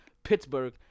Pittsburgh